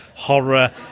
horror